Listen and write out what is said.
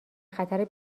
خطر